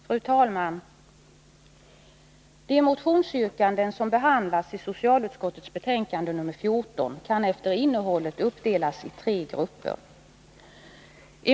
Fru talman! De motionsyrkanden som behandlas i socialutskottets betänkande nr 14 kan efter innehållet uppdelas i tre grupper.